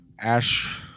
Ash